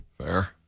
Fair